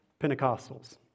Pentecostals